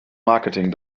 marketing